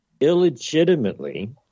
Illegitimately